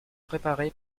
préparées